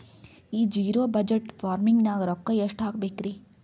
ಈ zero budget farming ನಾಗ್ ರೊಕ್ಕ ಎಷ್ಟು ಹಾಕಬೇಕರಿ?